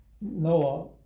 Noah